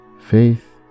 Faith